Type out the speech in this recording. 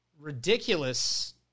ridiculous